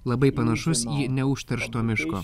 labai panašus į neužteršto miško